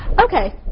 Okay